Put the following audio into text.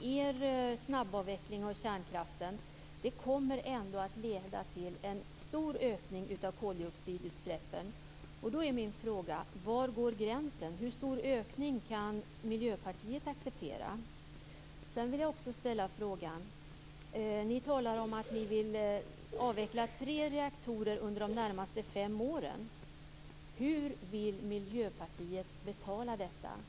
er snabbavveckling av kärnkraften ändå kommer att leda till en stor ökning av koldioxidutsläppen. Då är min fråga: Var går gränsen? Hur stor ökning kan Miljöpartiet acceptera? Sedan vill jag också ställa en annan fråga. Ni talar om att ni vill avveckla tre reaktorer under de närmaste fem åren. Hur vill Miljöpartiet betala detta?